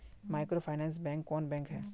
Microfinance bank कौन bank है?